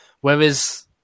Whereas